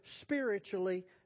spiritually